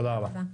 תודה.